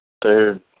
dude